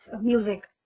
music